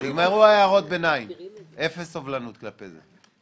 נגמרו הערות הביניים, אפס סובלנות כלפי זה.